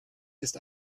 ist